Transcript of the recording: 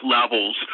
levels